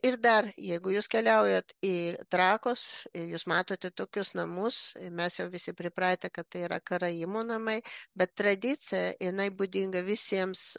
ir dar jeigu jūs keliaujat į trakus ir jūs matote tokius namus mes jau visi pripratę kad tai yra karaimų namai bet tradicija jinai būdinga visiems